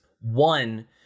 One